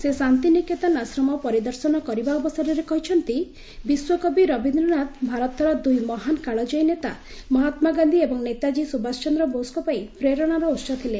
ସେ ଶାନ୍ତି ନିକେତନ ଆଶ୍ରମ ପରିଦର୍ଶନ କରିବା ଅବସରରେ କହିଛନ୍ତି ବିଶ୍ୱକବି ରବୀନ୍ଦ୍ର ନାଥ ଭାରତର ଦୁଇ ମହାନ୍ କାଳକୟୀ ନେତା ମହାତ୍ଲାଗାନ୍ଧୀ ଏବଂ ନେତାଜୀ ସୁଭାଷ ଚନ୍ଦ୍ର ବୋଷଙ୍କ ପାଇଁ ପ୍ରେରଣା ଉହ ଥିଲେ